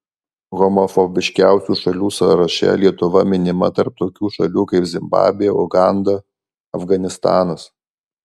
homofobiškiausių šalių sąraše lietuva minima tarp tokių šalių kaip zimbabvė uganda afganistanas